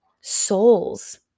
souls